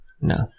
no